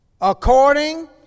According